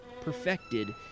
perfected